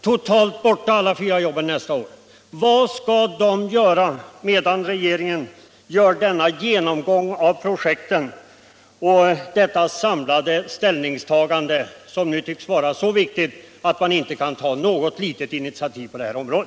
Vad skall de göra, medan regeringen företar denna genomgång av projekten och detta samlade ställningstagande, som nu tycks vara så viktigt att man inte kan ta något litet initiativ på detta område?